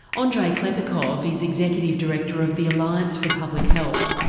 andriy klepikov is executive director of the alliance for public health,